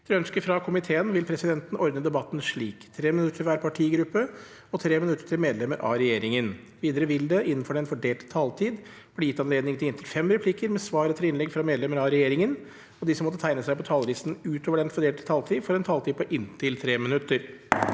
miljøkomiteen vil presidenten ordne debatten slik: 3 minutter til hver partigruppe og 3 minutter til medlemmer av regjeringen. Videre vil det – innenfor den fordelte taletid – bli gitt anledning til inntil fem replikker med svar etter innlegg fra medlemmer av regjeringen. De som måtte tegne seg på talerlisten utover den fordelte taletid, får også en taletid på inntil 3 minutter.